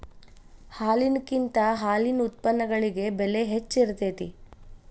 ಹಾಲಿನಕಿಂತ ಹಾಲಿನ ಉತ್ಪನ್ನಗಳಿಗೆ ಬೆಲೆ ಹೆಚ್ಚ ಇರತೆತಿ